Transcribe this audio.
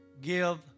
give